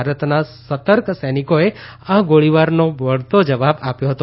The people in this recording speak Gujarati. ભારતના સતર્ક સૈનિકોએ આ ગોળીબારનો વળતો જવાબ આપ્યો હતો